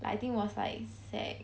I think was like sec~